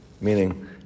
meaning